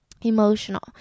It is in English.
emotional